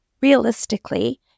realistically